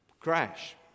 crash